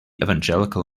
evangelical